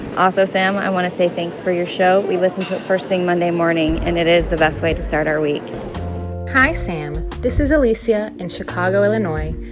also, sam, i want to say thanks for your show. we listen to it first thing monday morning, and it is the best way to start our week hi, sam. this is alicia in chicago, ill. and